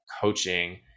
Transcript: coaching